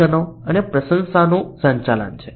સૂચનો અને પ્રશંસાનું સંચાલન છે